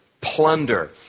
plunder